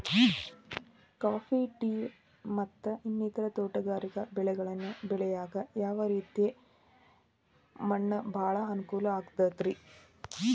Coffee, tea, ಮತ್ತ ಇನ್ನಿತರ ತೋಟಗಾರಿಕಾ ಬೆಳೆಗಳನ್ನ ಬೆಳೆಯಾಕ ಯಾವ ರೇತಿ ಮಣ್ಣ ಭಾಳ ಅನುಕೂಲ ಆಕ್ತದ್ರಿ?